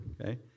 okay